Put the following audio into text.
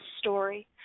story